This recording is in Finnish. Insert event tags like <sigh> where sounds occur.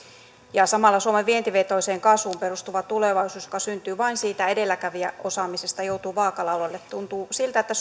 ja samalla suomen vientivetoiseen kasvuun perustuva tulevaisuus joka syntyy vain siitä edelläkävijäosaamisesta joutuu vaakalaudalle tuntuu siltä että <unintelligible>